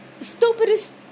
stupidest